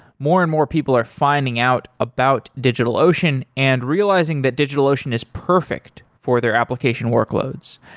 more and more people are finding out about digitalocean and realizing that digitalocean is perfect for their application workloads.